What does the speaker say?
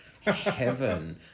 heaven